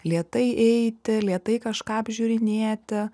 lėtai eiti lėtai kažką apžiūrinėti